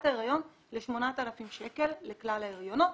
ההריון ל-8,000 שקלים לכלל ההריונות.